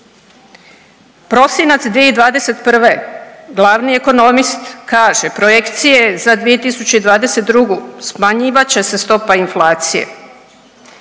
Prosinca 2021., glavni ekonomist kaže, projekcije za 2022., smanjivat će se stopa inflacije.